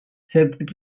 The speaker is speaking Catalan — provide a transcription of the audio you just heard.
cert